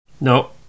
No